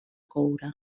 coure